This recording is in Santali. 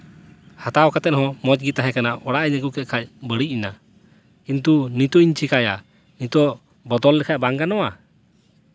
ᱦᱟᱛᱟᱣ ᱠᱟᱛᱮ ᱦᱚᱸ ᱢᱚᱡᱽ ᱜᱮ ᱛᱟᱦᱮᱸ ᱠᱟᱱᱟ ᱚᱲᱟᱜ ᱤᱧ ᱟᱹᱜᱩ ᱠᱮᱫ ᱠᱷᱟᱱ ᱵᱟᱹᱲᱤᱡ ᱮᱱᱟ ᱠᱤᱱᱛᱩ ᱱᱤᱛᱟᱹᱜ ᱤᱧ ᱪᱮᱠᱟᱭᱟ ᱱᱤᱛᱚᱜ ᱵᱚᱫᱚᱞ ᱞᱮᱠᱷᱟᱡ ᱵᱟᱝ ᱜᱟᱱᱚᱜᱼᱟ